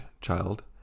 child